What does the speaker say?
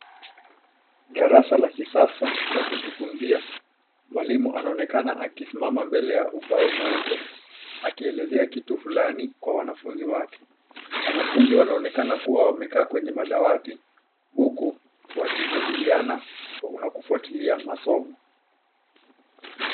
Darasa la kisasa la kujifunzia ,mwalimu anaonekana akisimama mbele ya ubao mweupe akielezea kitu fulani kwa wanafunzi wake. Wanafunzi wanaonekana kuwa wamekaa kwenye madawati huku wakijadiliana na kufuatilia masomo.